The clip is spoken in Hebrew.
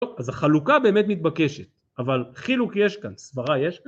אז החלוקה באמת מתבקשת, אבל חילוק יש כאן, סברה יש כאן?